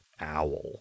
owl